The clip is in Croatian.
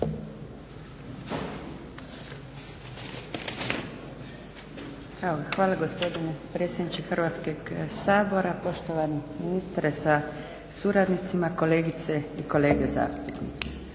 Hvala gospodine predsjedniče Hrvatskog sabora. Poštovani ministre sa suradnicima, kolegice i kolege zastupnici.